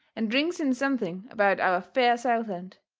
and rings in something about our fair southland.